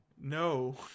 No